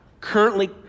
currently